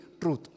truth